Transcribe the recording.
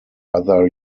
other